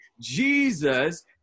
jesus